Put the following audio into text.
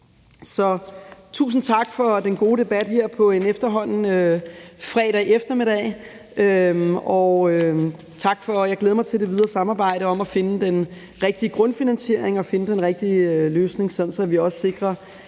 tusind tak for den gode debat her på en fredag eftermiddag. Jeg glæder mig til det videre samarbejde om at finde den rigtige grundfinansiering og finde den rigtige